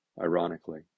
ironically